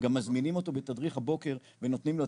גם מזמינים אותו לתדריך בוקר ונותנים לו,